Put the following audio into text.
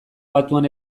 batuan